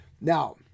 Now